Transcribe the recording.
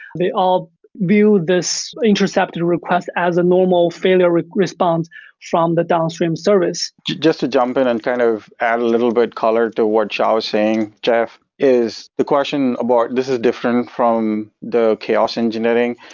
they all view this intercepted request as a normal failure response from the downstream service just to jump in and kind of add a little bit color to what shao is saying, jeff is the question about and this is different from the chaos engineering.